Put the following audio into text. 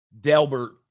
Delbert